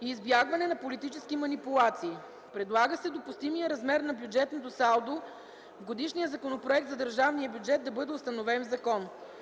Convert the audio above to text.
и избягване на политически манипулации. Предлага се допустимият размер на бюджетното салдо в годишния законопроект за държавния бюджет да бъде установен в закон.